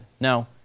No